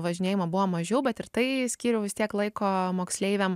važinėjimo buvo mažiau bet ir tai skyriau vis tiek laiko moksleiviam